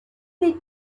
fait